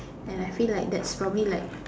and I feel like that's probably like